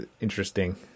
interesting